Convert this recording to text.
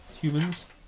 Humans